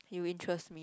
you interest me